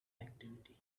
activity